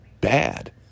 bad